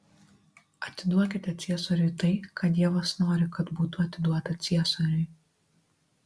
atiduokite ciesoriui tai ką dievas nori kad būtų atiduota ciesoriui